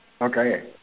Okay